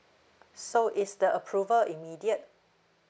so is the approval immediate